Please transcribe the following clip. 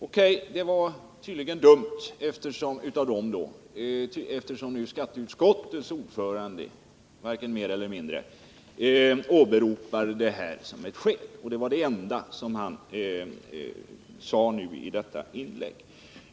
O.K., det var tydligen dumt av dem, eftersom nu skatteutskottets ordförande åberopar detta som skäl för beskattning — och det var det enda som herr Wärnberg sade nu i sitt inlägg.